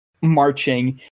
marching